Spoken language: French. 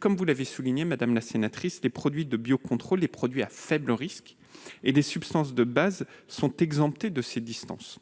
Comme vous l'avez souligné, madame la sénatrice, les produits de biocontrôle, les produits à faible risque et les substances de base sont exemptés de ces distances.